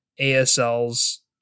ASL's